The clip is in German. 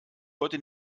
heute